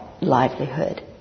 Livelihood